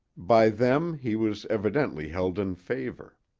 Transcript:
by them he was evidently held in favor.